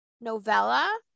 novella